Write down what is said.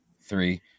three